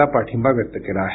ला पाठिंबा व्यक्त केला आहे